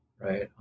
right